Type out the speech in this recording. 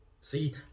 see